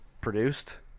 produced